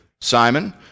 Simon